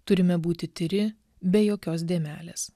turime būti tyri be jokios dėmelės